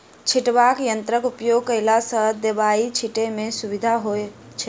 छिटबाक यंत्रक उपयोग कयला सॅ दबाई छिटै मे सुविधा होइत छै